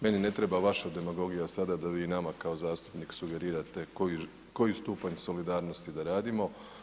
Meni ne treba vaša demagogija sada da vi nama kao zastupnik sugerirate koji stupanj solidarnosti da radimo.